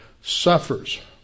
suffers